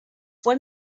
fue